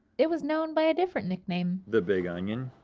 it was known by a different nickname. the big onion?